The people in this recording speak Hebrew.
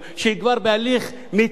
מתקדם לקריאה ראשונה.